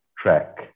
track